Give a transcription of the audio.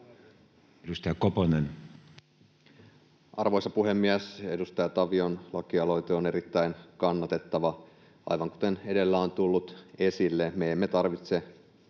13:25 Content: Arvoisa puhemies! Edustaja Tavion lakialoite on erittäin kannatettava. Aivan kuten edellä on tullut esille, me emme tarvitse